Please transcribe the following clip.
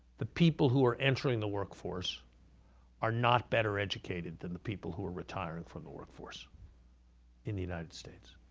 the people who are entering the workforce are not better educated than the people who are retiring from the workforce in the united states.